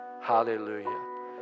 Hallelujah